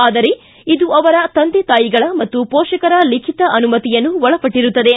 ಆದರೆ ಇದು ಅವರ ತಂದೆ ತಾಯಿಗಳ ಮತ್ತು ಪೋಷಕರ ಲಿಖಿತ ಅನುಮತಿಯನ್ನು ಒಳಪಟ್ಟರುತ್ತದೆ